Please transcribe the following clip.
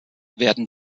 werden